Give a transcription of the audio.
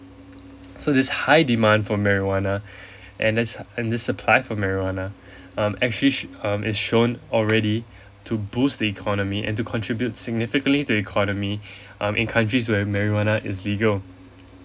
so this high demand for marijuana and the and the supply for marijuana um actually sh~ um is shown already to boost the economy and to contribute significantly to the economy um in countries where marijuana is legal